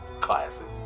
Classic